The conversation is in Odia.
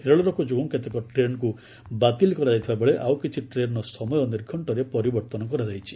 ରେଳରୋକ ଯୋଗୁଁ କେତେକ ଟ୍ରେନ୍କୁ ବାତିଲ କରାଯାଇଥିବା ବେଳେ ଆଉ କିଛି ଟ୍ରେନ୍ର ସମୟ ନିର୍ଘ୍ୟରେ ପରିବର୍ତ୍ତନ କରାଯାଇଛି